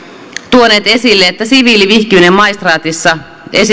tuoneet esille että siviilivihkiminen maistraatissa